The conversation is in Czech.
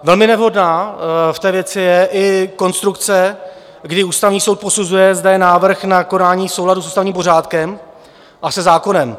Velmi nevhodná v té věci je i konstrukce, kdy Ústavní soud posuzuje zde návrh na konání souladu s ústavním pořádkem a se zákonem.